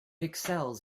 excels